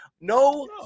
No